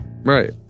Right